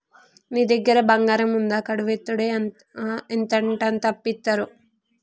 నీ దగ్గర బంగారముందా, కుదువవెడ్తే ఎంతంటంత అప్పిత్తరు